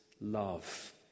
love